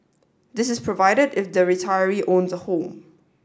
this is provided if the retiree owns a home